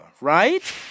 right